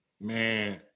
man